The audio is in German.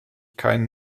keinen